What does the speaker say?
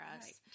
Right